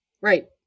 right